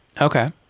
Okay